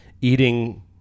Eating